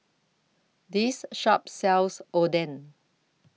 This Shop sells Oden